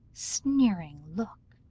sneering look,